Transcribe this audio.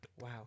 Wow